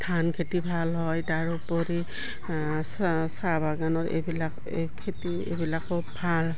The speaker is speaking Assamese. ধান খেতি ভাল হয় তাৰোপৰি চাহ বাগানৰ এইবিলাক এই খেতি এইবিলাকো ভাল